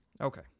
Okay